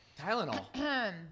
Tylenol